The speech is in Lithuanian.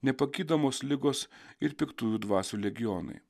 nepagydomos ligos ir piktųjų dvasių legionai